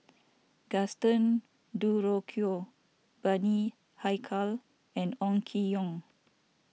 Gaston Dutronquoy Bani Haykal and Ong Keng Yong